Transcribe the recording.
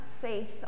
faith